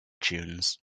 tunes